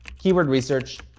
keyword research,